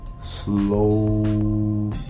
slow